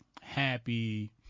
happy